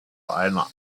einer